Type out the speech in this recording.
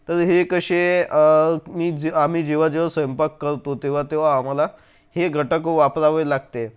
तर हे कसे मी जे आम्ही जेव्हा जेव्हा स्वयंपाक करतो तेव्हा तेव्हा आम्हाला हे घटक वापरावे लागते